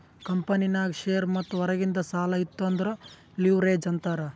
ಕಂಪನಿನಾಗ್ ಶೇರ್ ಮತ್ತ ಹೊರಗಿಂದ್ ಸಾಲಾ ಇತ್ತು ಅಂದುರ್ ಲಿವ್ರೇಜ್ ಅಂತಾರ್